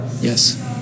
Yes